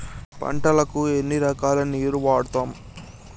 పంటలకు ఎన్ని రకాల నీరు వాడుతం?